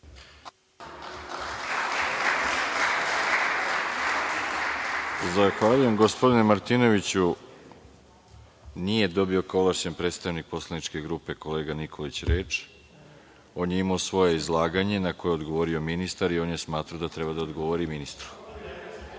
Zahvaljujem. Gospodine Martinoviću, nije dobio reč kao ovlašćeni predstavnik poslaničke grupe kolega Nikolić. On je imao svoje izlaganje na koje je odgovorio ministar i on je smatrao da treba da odgovori